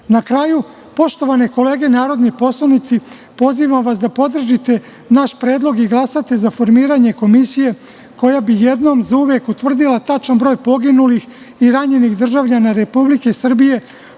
kraju, poštovane kolege narodni poslanici, pozivam vas da podržite naš predlog i glasate za formiranje komisije koja bi jednom za uvek utvrdila tačan broj poginulih i ranjenih državljana Republike Srbije